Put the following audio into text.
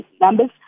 numbers